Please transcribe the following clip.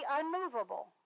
unmovable